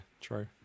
true